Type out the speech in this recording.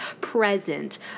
present